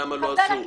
למה לא עשו.